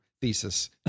thesis